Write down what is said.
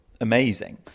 amazing